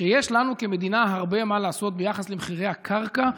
שיש לנו כמדינה הרבה מה לעשות ביחס למחירי הקרקע,